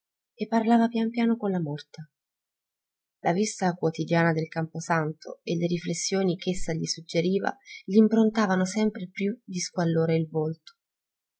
e parlava pian piano con la morta la vista quotidiana del camposanto e le riflessioni ch'essa gli suggeriva gl'improntavano sempre più di squallore il volto